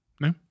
no